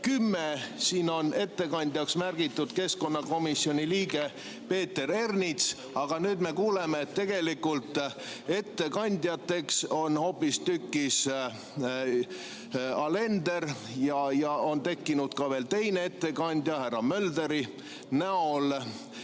nr 10, siis on ettekandjaks märgitud keskkonnakomisjoni liige Peeter Ernits, aga nüüd me kuuleme, et ettekandja on hoopistükkis Alender ja on tekkinud ka veel teine ettekandja, härra Mölder.